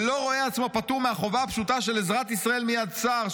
ולא רואה עצמו פטור מהחובה הפשוטה של 'עזרת ישראל מיד צר',